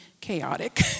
chaotic